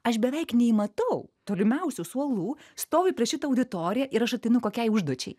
aš beveik neįmatau tolimiausių suolų stoviu prieš šitą auditoriją ir aš ateinu kokiai užduočiai